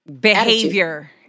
behavior